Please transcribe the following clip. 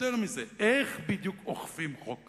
ויותר מזה, איך בדיוק אוכפים חוק כזה,